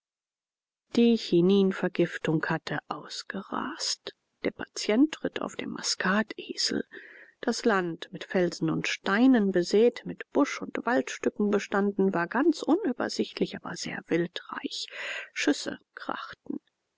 die chininvergiftung hatte ausgerast der patient ritt auf dem maskatesel das land mit felsen und steinen besäet mit busch und waldstücken bestanden war ganz unübersichtlich aber sehr wildreich schüsse krachten